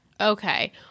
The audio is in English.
Okay